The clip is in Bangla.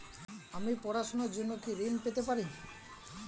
আমি পড়াশুনার জন্য কি ঋন পেতে পারি?